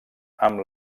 amb